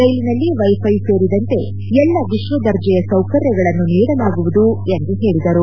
ರೈಲಿನಲ್ಲಿ ವ್ಟೆಥ್ಟೆ ಸೇರಿದಂತೆ ಎಲ್ಲ ವಿಶ್ವದರ್ಜೆಯ ಸೌಕರ್ಯಗಳನ್ನು ನೀಡಲಾಗುವುದು ಎಂದು ಹೇಳಿದರು